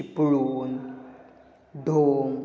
Chiplun Dhom